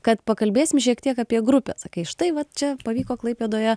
kad pakalbėsim šiek tiek apie grupes štai va čia pavyko klaipėdoje